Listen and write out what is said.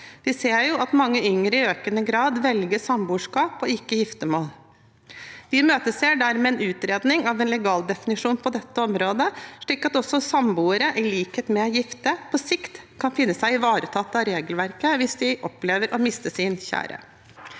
Vi ser at mange yngre i økende grad velger samboerskap og ikke giftermål. Vi imøteser dermed en utredning av en legaldefinisjon på dette området, slik at også samboere, i likhet med gifte, på sikt kan finne seg ivaretatt av regelverket hvis de opplever å miste sin kjære.